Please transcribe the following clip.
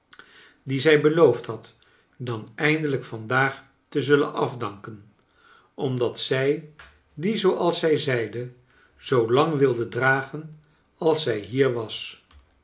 die zij beloofd had dan eindelijk vandaag te zullen afdanken omdat zij die zooals zij zeide zoo lang wilde dragen als zij hier was